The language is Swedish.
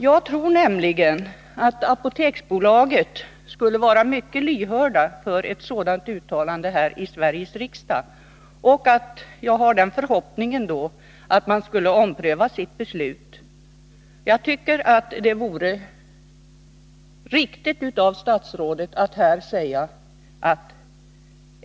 Jag tror nämligen att Apoteksbolaget skulle vara mycket lyhört för ett sådant uttalande i Sveriges riksdag. Jag har förhoppningen att man då skulle ompröva sitt beslut om nedläggning.